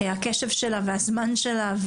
הקשב שלה והזמן שלה,